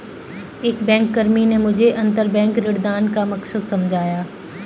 एक बैंककर्मी ने मुझे अंतरबैंक ऋणदान का मकसद समझाया